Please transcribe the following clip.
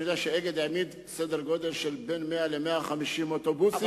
אני יודע ש"אגד" העמיד בין 100 ל-150 אוטובוסים